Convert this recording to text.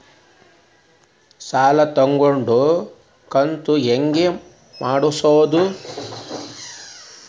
ಸಾಲ ತಗೊಂಡು ಕಂತ ಹೆಂಗ್ ಮಾಡ್ಸೋದು?